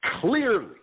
clearly